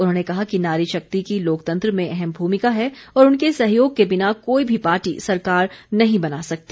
उन्होंने कहा कि नारी शक्ति की लोकतंत्र में अहम भूमिका है और उनके सहयोग के बिना कोई भी पार्टी सरकार नहीं बना सकती